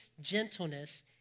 gentleness